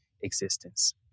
existence